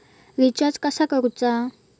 Recharge कसा करूचा?